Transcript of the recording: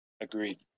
Agreed